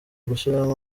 gushyiramo